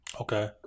Okay